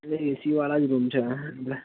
એટલે એસીવાળા જ રૂમ છે